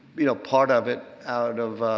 you know, part of it out of,